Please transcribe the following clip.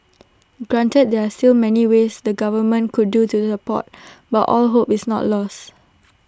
granted there are still many ways the government could do to support but all hope is not lost